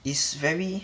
is very